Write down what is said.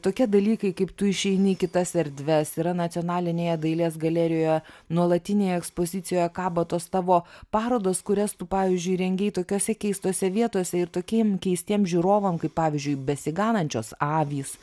tokie dalykai kaip tu išeini į kitas erdves yra nacionalinėje dailės galerijoje nuolatinėje ekspozicijoje kabo tos tavo parodos kurias tu pavyzdžiui rengei tokiose keistose vietose ir tokiem keistiem žiūrovam kaip pavyzdžiui besiganančios avys